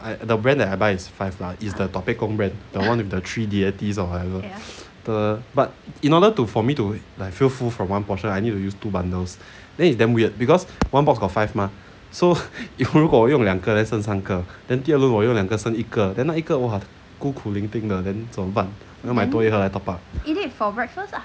I the brand that I buy is five lah is the tua peh gong brand the one with the three deities or whatever the but in order to for me to like feel full from one portion I need to use two bundles then it's damn weird because one box got five mah so if 如果用两个 then 剩三个 then 第二轮我有两个剩一个 then 那一 !wah! 孤苦伶仃的 then 怎么办要买多一盒来 top up